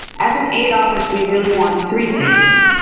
as an aid office, we really want three things,